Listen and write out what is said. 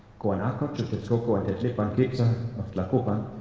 coanacoch of tetzcoco and tetlepanquetza of tlacopan,